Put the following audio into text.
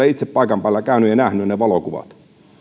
itse paikan päällä käynyt ja nähnyt ne valokuvat